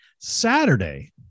Saturday